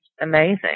amazing